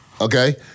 Okay